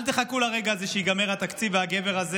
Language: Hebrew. אל תחכו לרגע שייגמר התקציב והגבר לא